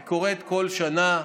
היא קורית כל שנה,